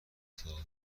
متفاوت